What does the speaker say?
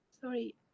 Sorry